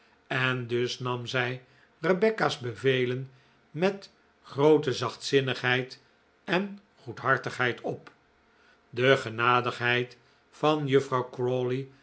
en dus nam zij rebecca's bevelen met groote zachtzinnigheid en goedhartigheid op de genadigheid van juffrouw